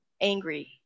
angry